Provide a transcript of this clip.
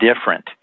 different